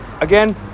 again